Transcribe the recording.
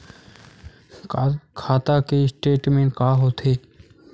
खाता के स्टेटमेंट का होथे?